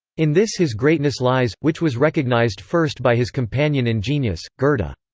in this his greatness lies, which was recognized first by his companion in genius, goethe. but